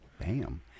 Bam